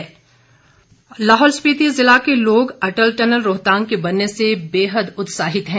tunnel सुविधा लाहौल स्पिति ज़िला के लोग अटल टनल रोहतांग के बनने से बेहद उत्साहित हैं